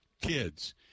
kids